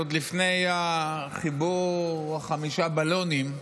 עוד לפני החיבור לחמישה בלונים,